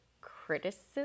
criticism